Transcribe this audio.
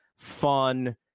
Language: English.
fun